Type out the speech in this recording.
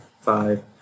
five